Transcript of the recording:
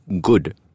good